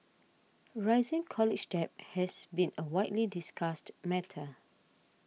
rising college debt has been a widely discussed matter